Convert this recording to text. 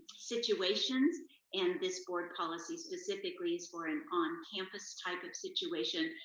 situations and this board policy specifically is for an on-campus type of situation.